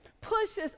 pushes